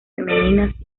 femeninas